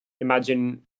Imagine